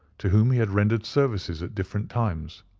to whom he had rendered services at different times.